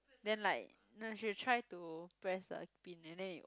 then like no you should try to press the pin and then it will